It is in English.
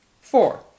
Four